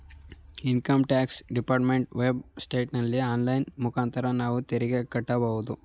income tax department web ಸೈಟಲ್ಲಿ online ಮುಖಾಂತರ ನಾವು ತೆರಿಗೆ ಕಟ್ಟಬೋದು